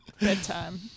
Bedtime